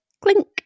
clink